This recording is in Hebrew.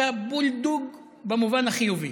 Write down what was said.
אתה בולדוג במובן החיובי.